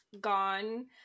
gone